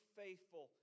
faithful